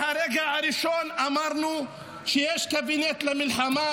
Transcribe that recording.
מהרגע הראשון אמרנו שיש קבינט למלחמה